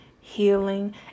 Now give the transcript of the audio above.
healing